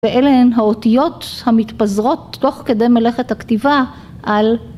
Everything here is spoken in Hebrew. ואלה הן האותיות המתפזרות תוך כדי מלאכת הכתיבה על